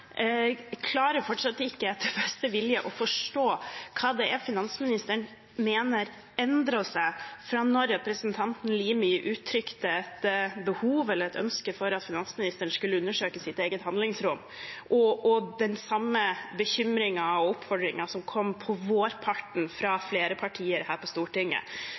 klarer fortsatt ikke med min beste vilje å forstå hva finansministeren mener endret seg fra representanten Limi uttrykte et behov for eller ønske om at finansministeren skulle undersøke sitt eget handlingsrom, og til den samme bekymringen og oppfordringen kom på vårparten fra flere partier her på Stortinget.